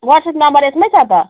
WhatsApp number यसमै छ त